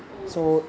oh